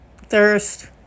thirst